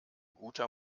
guter